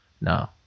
No